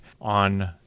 on